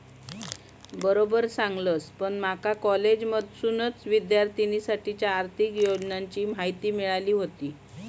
बरोबर सांगलस, पण माका कॉलेजमधसूनच विद्यार्थिनींसाठीच्या आर्थिक योजनांची माहिती मिळाली व्हती